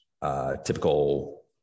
Typical